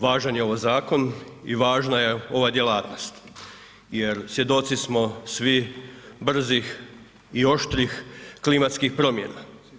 Važan je ovo zakon i važna je ova djelatnost jer svjedoci smo svi brzih i oštrih klimatskih promjena.